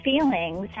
feelings